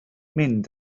mynd